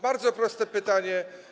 Bardzo proste pytanie.